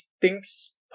thinks